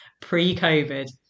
pre-COVID